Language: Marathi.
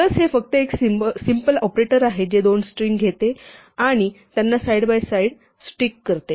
प्लस हे फक्त एक सिम्पल ऑपरेटर आहे जे दोन स्ट्रिंग घेते आणि त्यांना साईड बाय साईड स्टिक करते